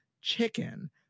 chicken